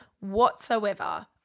whatsoever